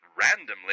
randomly